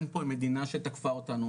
אין פה מדינה שתקפה אותנו,